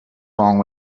wrong